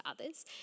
others